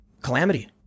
calamity